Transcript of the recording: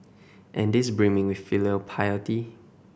and is brimming with filial piety